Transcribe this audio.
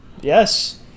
Yes